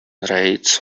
raids